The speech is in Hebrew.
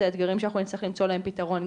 זה האתגרים שנצטרך למצוא להם פתרון,